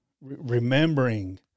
remembering